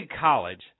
college